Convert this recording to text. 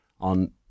on